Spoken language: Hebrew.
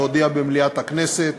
להודיע במליאת הכנסת